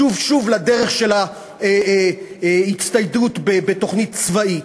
לשוב שוב לדרך של ההצטיידות בתוכנית צבאית.